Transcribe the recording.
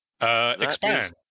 Expand